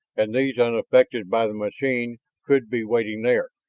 and those unaffected by the machine could be waiting there.